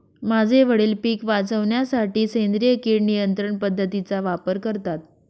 माझे वडील पिक वाचवण्यासाठी सेंद्रिय किड नियंत्रण पद्धतीचा वापर करतात